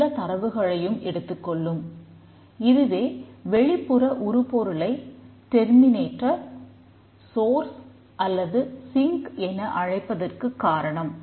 நாம் இதை வெளிப்புற சிஸ்டமைக் என அழைப்பதற்குக் காரணம்